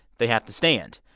they have to stand.